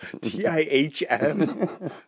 T-I-H-M